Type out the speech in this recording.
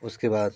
उसके बाद